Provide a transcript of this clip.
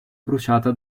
bruciata